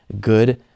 good